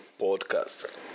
podcast